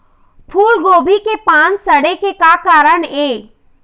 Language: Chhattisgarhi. फूलगोभी के पान सड़े के का कारण ये?